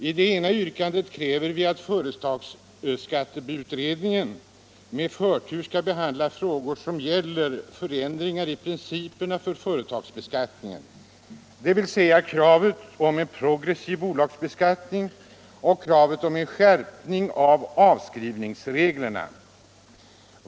I det ena yrkandet kräver vi att företagsskatteberedningen med förtur skall behandla frågor som gäller förändringar i principerna för företagsbeskattningen, dvs. vi kräver en progressiv bolagsbeskattning och en skärpning av avskrivningsreglerna.